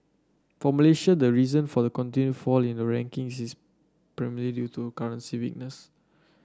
for Malaysia the reason for the continued fall in the rankings is primarily due to currency weakness